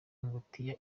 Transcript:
ingutiya